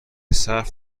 صرف